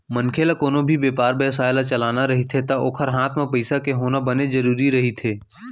मनखे ल कोनो भी बेपार बेवसाय ल चलाना रहिथे ता ओखर हात म पइसा के होना बने जरुरी रहिथे